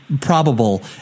probable